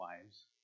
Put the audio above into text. wives